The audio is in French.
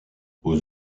aux